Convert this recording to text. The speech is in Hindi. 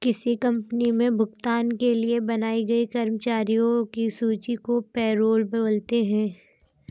किसी कंपनी मे भुगतान के लिए बनाई गई कर्मचारियों की सूची को पैरोल बोलते हैं